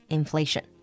inflation